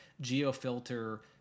geo-filter